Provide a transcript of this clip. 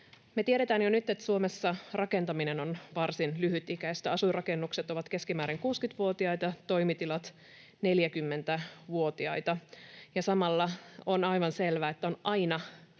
tiedetään jo nyt, että Suomessa rakentaminen on varsin lyhytikäistä. Asuinrakennukset ovat keskimäärin 60-vuotiaita, toimitilat 40-vuotiaita, ja samalla on aivan selvää, että on aina